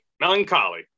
melancholy